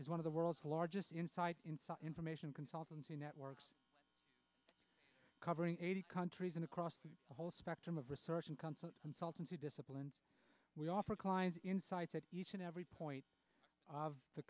is one of the world's largest inside information consultancy networks covering eighty countries and across the whole spectrum of research and counsel consultancy discipline we offer clients insights at each and every point of the